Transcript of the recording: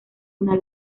una